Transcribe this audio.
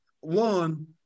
One